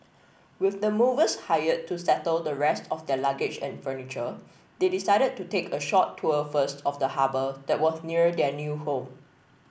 with the movers hired to settle the rest of their luggage and furniture they decided to take a short tour first of the harbour that was near their new home